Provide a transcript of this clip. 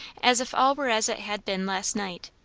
as if all were as it had been last night,